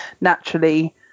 naturally